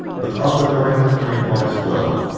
but other directives may apply as well.